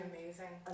Amazing